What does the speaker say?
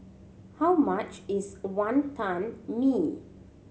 how much is Wantan Mee